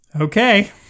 Okay